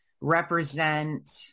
represent